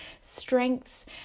strengths